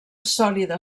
sòlida